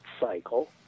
cycle